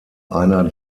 einer